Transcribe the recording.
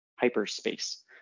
hyperspace